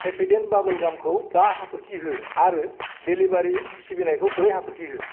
Happydent बाबोल गामखौ बा हाथरखि हो आरो डेलिबारि सिबिनायखौ ब्रै हाथरखि हो